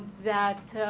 that